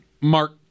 Mark